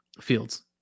Fields